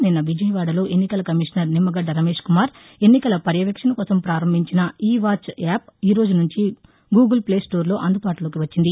నిన్న విజయవాడలో ఎన్నికల కమీషనర్ నిమ్మగడ్డ రమేష్ కుమార్ ఎన్నికల పర్యవేక్షణ కోసం పారంభించిన ఈ వాచ్ యాప్ ఈరోజు నుంచి గూగుల్ ప్లే స్టోర్లో అందుబాటులోకి వస్తుంది